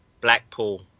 Blackpool